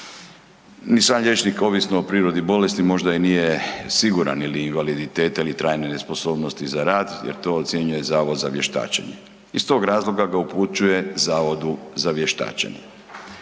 I sam liječnik, ovisno o prirodi bolesti, možda i nije siguran je li invaliditet ili trajne nesposobnosti za rad jer to ocjenjuje Zavod za vještačenje. Iz tog razloga za upućuje Zavodu za vještačenje.